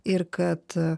ir kad